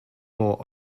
more